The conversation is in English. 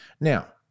Now